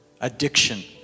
Addiction